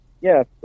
Yes